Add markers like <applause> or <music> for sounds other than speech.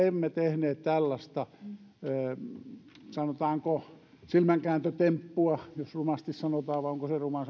<unintelligible> emme tehneet vaihtoehtobudjettiimme tällaista sanotaanko silmänkääntötemppua jos rumasti sanotaan vai onko se ruma <unintelligible>